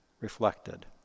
reflected